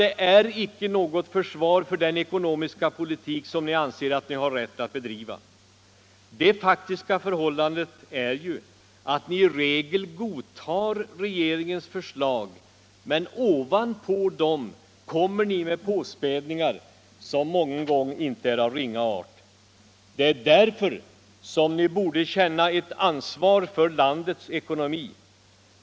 Det är icke något försvar för den ekonomiska politik som ni anser er ha rätt att bedriva. Det faktiska förhållandet är ju att ni i regel godtar regeringens förslag, men ovanpå dessa förslag kommer ni med påspädningar, som mången gång inte är av ringa art. Det är där ni borde känna ert ansvar för landets ekonomi.